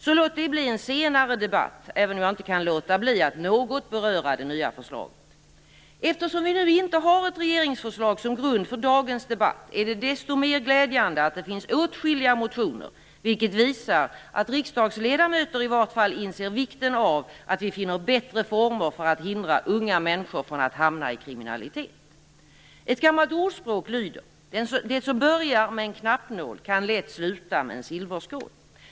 Låt det alltså tas upp i en senare debatt, även om jag inte kan låta bli att något beröra det nya förslaget. Eftersom vi nu inte har ett regeringsförslag som grund för dagens debatt är det desto mer glädjande att det finns åtskilliga motioner. Det visar att i varje fall riksdagsledamöter inser vikten av att vi finner bättre former för att hindra unga människor från att hamna i kriminalitet. Ett gammalt ordspråk lyder: Den som börjar med en knappnål slutar med en silverskål.